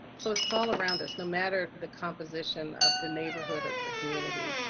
so it's all around us. no matter the composition of the neighborhood of the community.